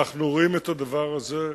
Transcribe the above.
אנחנו רואים את הדבר הזה,